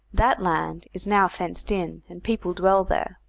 that land is now fenced in, and people dwell there.